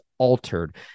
altered